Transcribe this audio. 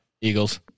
Eagles